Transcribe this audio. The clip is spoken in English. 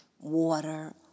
water